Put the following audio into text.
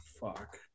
Fuck